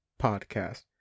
podcast